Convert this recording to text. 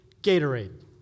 Gatorade